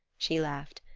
she laughed.